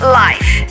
life